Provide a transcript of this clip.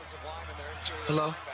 Hello